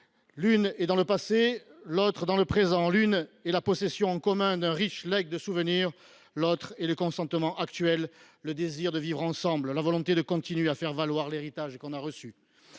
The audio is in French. L’une est dans le passé, l’autre dans le présent. L’une est la possession en commun d’un riche legs de souvenirs ; l’autre est le consentement actuel, le désir de vivre ensemble, la volonté de continuer à faire valoir l’héritage qu’on a reçu